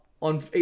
on